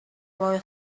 boy